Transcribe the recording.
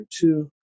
two